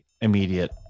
immediate